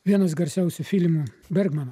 vienas garsiausių filmų bergmano